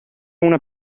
una